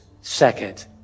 second